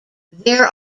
there